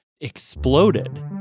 exploded